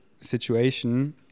situation